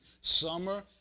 summer